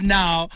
now